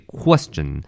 question